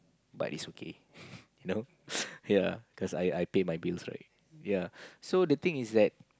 but it's okay you know ya cause I I pay my bills right ya so the thing is that